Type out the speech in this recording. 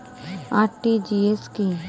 RTGS কি?